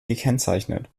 gekennzeichnet